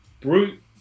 brute